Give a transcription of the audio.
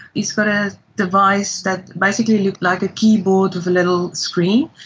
he's got a device that basically looks like a keyboard with a little screen,